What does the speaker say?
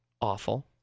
awful